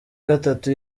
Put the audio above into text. gatatu